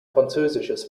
französisches